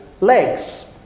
legs